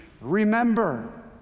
remember